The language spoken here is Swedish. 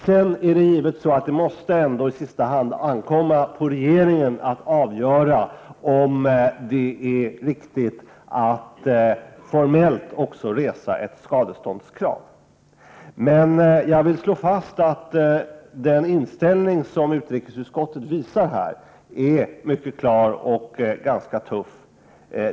Sedan måste det givetvis i sista hand ankomma på regeringen att avgöra om det är riktigt att formellt också resa ett skadeståndskrav. Jag vill slå fast att den inställning som utrikesutskottet visar är mycket klar och ganska tuff.